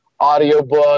Audiobook